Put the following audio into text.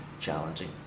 challenging